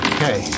Okay